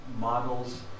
Models